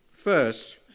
First